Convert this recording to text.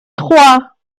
trois